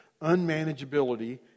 unmanageability